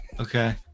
Okay